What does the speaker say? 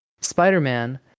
Spider-Man